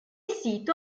sito